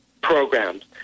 programs